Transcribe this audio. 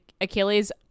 Achilles